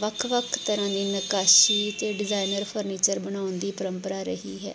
ਵੱਖ ਵੱਖ ਤਰ੍ਹਾਂ ਦੀ ਨਕਾਸ਼ੀ ਅਤੇ ਡਿਜ਼ਾਇਨਰ ਫਰਨੀਚਰ ਬਣਾਉਣ ਦੀ ਪਰੰਪਰਾ ਰਹੀ ਹੈ